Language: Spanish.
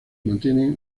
mantienen